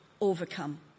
overcome